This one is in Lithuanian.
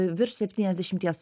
virš septyniasdešimties